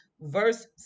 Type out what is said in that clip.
verse